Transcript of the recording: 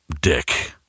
dick